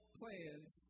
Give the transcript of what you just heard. plans